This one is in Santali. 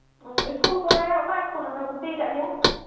ᱥᱠᱩᱞ ᱠᱚᱨᱮ ᱚᱠᱟ ᱥᱠᱩᱞ ᱨᱮᱯᱮ ᱵᱷᱩᱨᱛᱤᱭᱟᱠᱟᱫᱮᱭᱟ